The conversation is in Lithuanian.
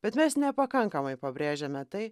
bet mes nepakankamai pabrėžiame tai